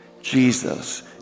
jesus